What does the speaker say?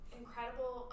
incredible